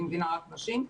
אני מבינה שרק נשים,